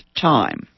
time